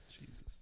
Jesus